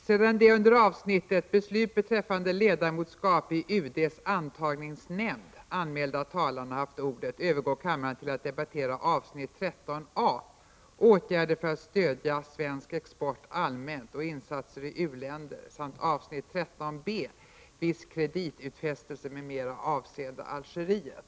Sedan de under avsnittet Beslut beträffande ledamotskap i UD:s antagningsnämnd anmälda talarna haft ordet övergår kammaren till att debattera avsnitt 13 a: Åtgärder för att stödja svensk export allmänt och insatser i u-länder samt avsnitt 13 b: Viss kreditutfästelse m.m. avseende Algeriet.